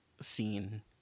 scene